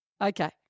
Okay